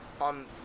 on